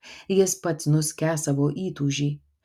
jis pats nuskęs savo įtūžy